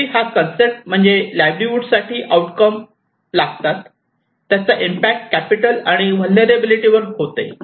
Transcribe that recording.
शेवटी हा कन्सेप्ट म्हणजे लाईव्हलीहूड साठी काही आउटकम लागतात त्याचा इम्पॅक्ट कॅपिटल आणि व्हलनेरलॅबीलीटी वर होतो